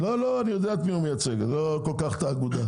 אני יודע את מי הוא מייצג, לא כל כך את האגודה.